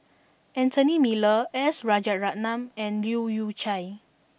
Anthony Miller S Rajaratnam and Leu Yew Chye